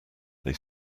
they